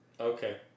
Okay